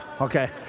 okay